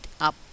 up